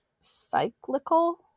cyclical